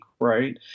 Right